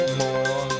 more